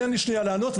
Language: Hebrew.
תן לי שנייה לענות,